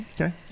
okay